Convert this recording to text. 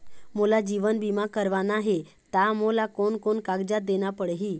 मोला जीवन बीमा करवाना हे ता मोला कोन कोन कागजात देना पड़ही?